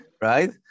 right